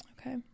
Okay